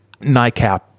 NICAP